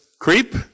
creep